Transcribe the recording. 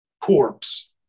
corpse